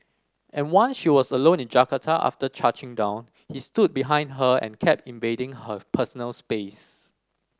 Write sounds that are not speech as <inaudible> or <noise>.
and one she was alone in Jakarta after <unintelligible> down he stood behind her and kept invading her personal space